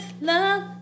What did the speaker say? love